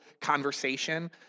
conversation